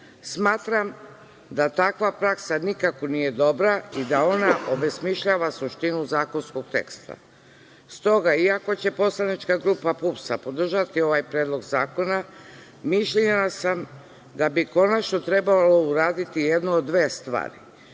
Smatram da takva praksa nikako nije dobra i da ona obesmišljava suštinu zakonskog teksta. Stoga, iako će poslanička grupa PUPS-a podržati ovaj predlog zakona, mišljenja sam da bi konačno trebalo uraditi jednu od dve stvari